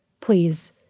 please